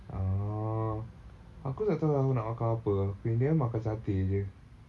oh aku tak tahu aku nak makan apa but in the end makan satay jer